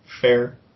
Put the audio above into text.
fair